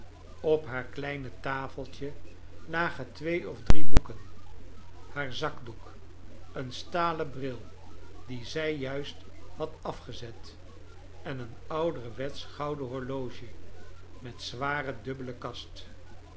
op baar kleine tafeltje lagen twee of drie boeken haar zakdoek een stalen bril dien zij juist had afgezet en een ouderwetseh gouden horloge met zware dubbele kast